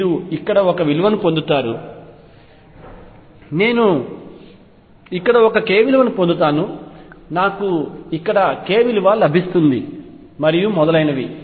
మీరు ఇక్కడ ఒక విలువను పొందుతారు నేను ఇక్కడ ఒక విలువను పొందుతాను నాకు ఇక్కడ k విలువ లభిస్తుంది మరియు మొదలైనవి